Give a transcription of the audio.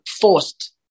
forced